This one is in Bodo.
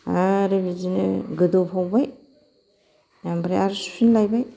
आरो बिदिनो गोदौफावबाय ओमफ्राय आरो सुफिनलायबाय